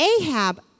Ahab